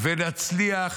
נצליח,